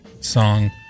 song